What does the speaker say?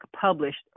published